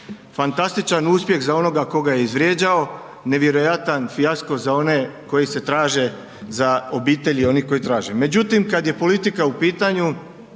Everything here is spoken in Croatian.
Fantastičan uspjeh za onoga tko ga je izvrijeđao, nevjerojatan fijasko za one koji se traže za obitelji onih koji traže.